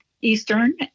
Eastern